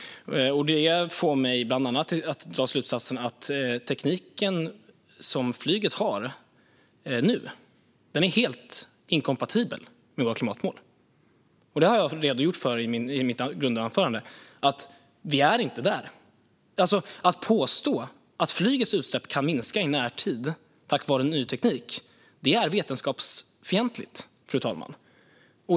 Det får mig bland annat att dra slutsatsen att den teknik som flyget använder nu är helt inkompatibel med våra klimatmål. I mitt inledningsanförande har jag redogjort för att vi inte är där. Att då påstå att flygets utsläpp kan minska i närtid tack vare ny teknik är vetenskapsfientligt, fru talman.